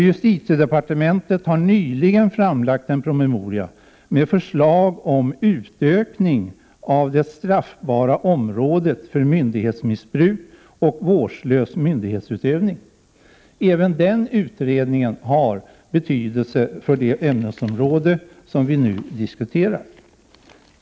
Justitiedepartementet har nyligen framlagt en promemoria med förslag om utökning av det straffbara området för myndighetsmissbruk och vårdslös myndighetsutövning. Även den utredningen har betydelse för det ämnesområde som vi nu diskuterar.